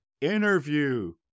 interview